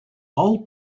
all